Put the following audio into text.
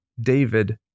David